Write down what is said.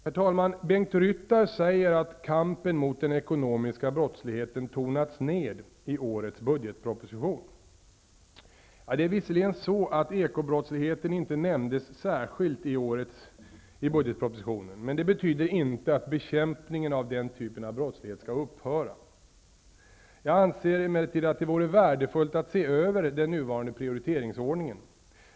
Herr talman! Bengt-Ola Ryttar säger att kampen mot den ekonomiska brottsligheten har tonats ned i årets budgetproposition. Visserligen nämndes inte ekobrottsligheten särskilt i årets budgetproposition. Men det betyder inte att bekämpningen av den typen av brottslighet skall upphöra. bJag anser emellertid att det vore värdefullt att se över den nuvarande prioriteringsordningen.